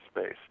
space